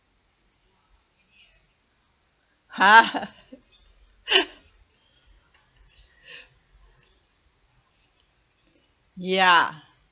ha ya